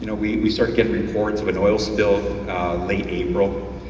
you know we we started getting reports of an oil spill late april,